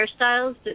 hairstyles